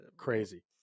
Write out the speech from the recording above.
crazy